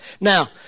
Now